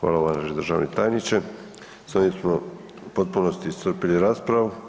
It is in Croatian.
Hvala uvaženi državni tajniče, s ovim smo u potpunosti iscrpili raspravu.